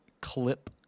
clip